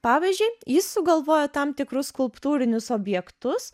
pavyzdžiui jis sugalvojo tam tikrus skulptūrinius objektus